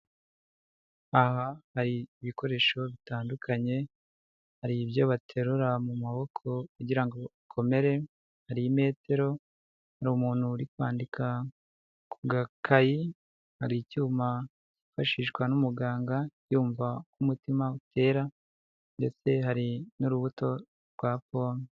Aha hari ibikoresho bitandukanye hari ibyo baterura mu maboko kugira akomere, hari imetero, hari umuntu uri kwandika ku gakayi, hari icyuma kifashishwa n'umuganga yumva uko umutima utera ndetse hari n'urubuto rwa pome.